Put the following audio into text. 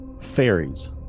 Fairies